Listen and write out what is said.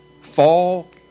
fall